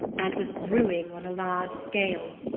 and was brewing on a large scale.